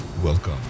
Welcome